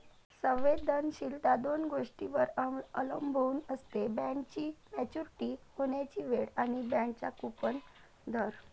संवेदनशीलता दोन गोष्टींवर अवलंबून असते, बॉण्डची मॅच्युरिटी होण्याची वेळ आणि बाँडचा कूपन दर